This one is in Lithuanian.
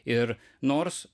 ir nors